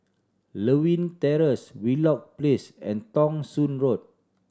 Lewin Terrace Wheelock Place and Thong Soon Road